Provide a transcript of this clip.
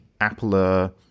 Apple